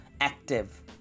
active